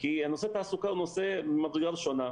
כי נושא התעסוקה הוא נושא ממדרגה ראשונה.